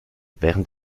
während